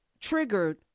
triggered